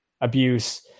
abuse